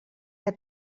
que